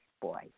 boy